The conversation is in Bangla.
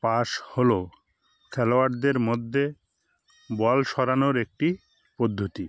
পাস হল খেলোয়াড়দের মধ্যে বল সরানোর একটি পদ্ধতি